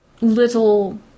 little